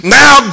now